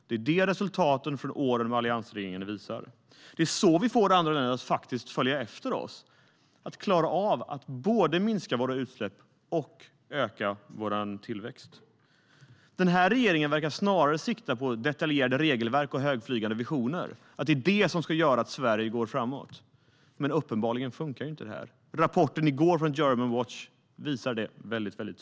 Det är det resultaten från åren med alliansregeringen visar. Det är så vi får andra länder att följa efter oss. Vi ska klara av att både minska våra utsläpp och att öka vår tillväxt. Regeringen verkar snarare sikta på detaljerade regelverk och högtflygande visioner och tro att det är det som ska göra att Sverige går framåt. Uppenbarligen funkar inte det. Rapporten i går från Germanwatch visar det tydligt.